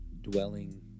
dwelling